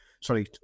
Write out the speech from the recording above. sorry